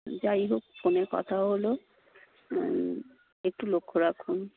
যাই হোক ফোনে কথা হলো একটু লক্ষ্য রাখুন